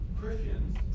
Christians